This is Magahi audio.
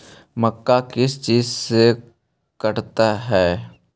मक्का किस चीज से करते हैं?